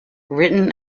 written